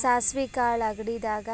ಸಾಸ್ವಿ ಕಾಳ್ ಅಡಗಿದಾಗ್